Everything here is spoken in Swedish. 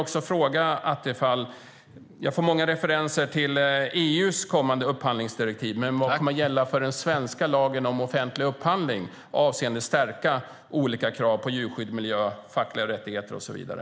Då jag får många referenser till EU:s kommande upphandlingsdirektiv vill jag också fråga Attefall vad som kommer att gälla för den svenska lagen om offentlig upphandling avseende att stärka olika krav på djurskydd, miljö, fackliga rättigheter och så vidare.